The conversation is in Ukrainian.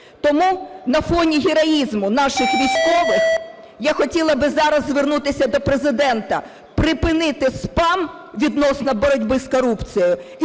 Тому на фоні героїзму наших військових я хотіла би зараз звернутися до Президента припинити спам відносно боротьби з корупцією